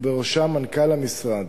ובראשו מנכ"ל המשרד,